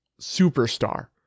superstar